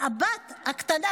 הבת הקטנה,